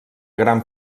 gran